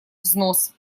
взнос